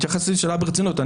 התייחסתי לשאלה ברצינות.